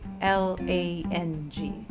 L-A-N-G